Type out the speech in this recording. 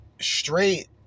straight